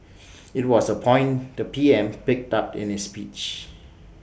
IT was A point the P M picked up in his speech